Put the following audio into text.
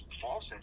false